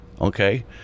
Okay